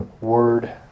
word